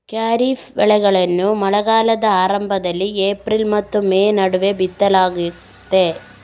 ಖಾರಿಫ್ ಬೆಳೆಗಳನ್ನು ಮಳೆಗಾಲದ ಆರಂಭದಲ್ಲಿ ಏಪ್ರಿಲ್ ಮತ್ತು ಮೇ ನಡುವೆ ಬಿತ್ತಲಾಗ್ತದೆ